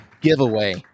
giveaway